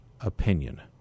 opinion